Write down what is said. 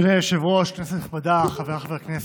אדוני היושב-ראש, כנסת נכבדה, חבריי חברי הכנסת,